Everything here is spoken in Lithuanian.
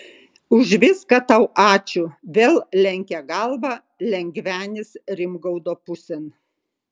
už viską tau ačiū vėl lenkė galvą lengvenis rimgaudo pusėn